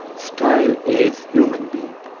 style is human being,